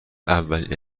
اولین